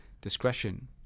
Discretion